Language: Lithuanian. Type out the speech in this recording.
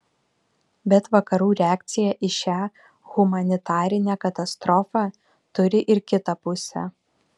bet vakarų reakcija į šią humanitarinę katastrofą turi ir kitą pusę